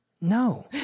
No